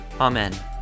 amen